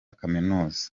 kaminuza